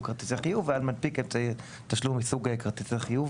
כרטיסי חיוב והמנפיק אמצעי מסוג כרטיסי חיוב